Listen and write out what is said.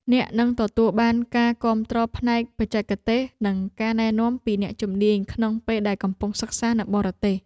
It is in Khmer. អ្នកនឹងទទួលបានការគាំទ្រផ្នែកបច្ចេកទេសនិងការណែនាំពីអ្នកជំនាញក្នុងពេលដែលកំពុងសិក្សានៅបរទេស។